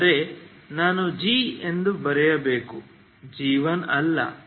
ಆದರೆ ನಾನು g ಎಂದು ಬರೆಯಬೇಕು g1ಅಲ್ಲ